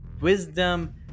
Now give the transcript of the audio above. wisdom